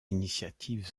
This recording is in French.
initiatives